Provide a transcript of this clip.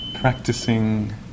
practicing